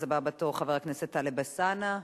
הבא בתור, חבר הכנסת טלב אלסאנע,